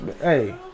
Hey